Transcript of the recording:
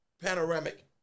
panoramic